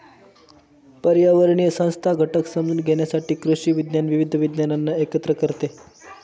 पर्यावरणीय संस्था घटक समजून घेण्यासाठी कृषी विज्ञान विविध विज्ञानांना एकत्र करते